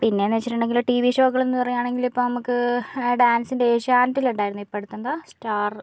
പിന്നെ എന്ന് വെച്ചിട്ടുണ്ടെങ്കിൽ ടി വി ഷോകളെന്ന് പറയുകയാണെങ്കിൽ ഇപ്പോൾ നമുക്ക് ഡാൻസിൻ്റെയും ഏഷ്യാനെറ്റ് ഉണ്ടായിരുന്നു ഇപ്പോൾ അടുത്ത് എന്താ സ്റ്റാർ